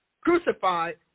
crucified